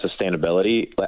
sustainability